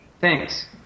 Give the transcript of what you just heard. Thanks